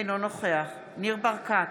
אינו נוכח ניר ברקת,